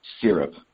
Syrup